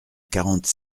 quarante